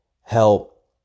help